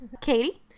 Katie